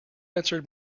answered